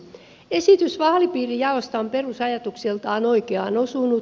esitys vaalipiirijaosta on perusajatukseltaan oikeaan osunut